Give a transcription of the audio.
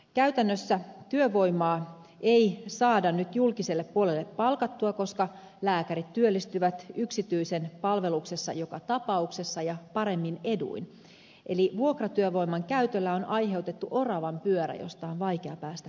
käytännössä työvoimaa ei saada nyt julkiselle puolelle palkattua koska lääkärit työllistyvät yksityisen palveluksessa joka tapauksessa ja paremmin eduin eli vuokratyövoiman käytöllä on aiheutettu oravanpyörä josta on vaikea päästä pois